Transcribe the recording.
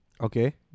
Okay